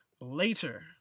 later